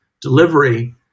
delivery